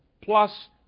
plus